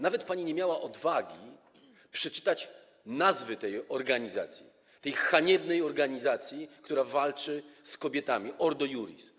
Nawet pani nie miała odwagi przeczytać nazwy tej organizacji, tej haniebnej organizacji, która walczy z kobietami - Ordo Iuris.